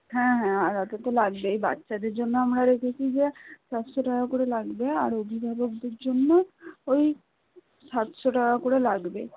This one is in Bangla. হ্যাঁ হ্যাঁ লাগবেই বাচ্চাদের জন্য আমরা রেখেছি যে চারশো টাকা করে লাগবে আর অভিভাবকদের জন্য ওই সাতশো টাকা করে লাগবে